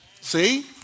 See